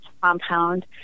compound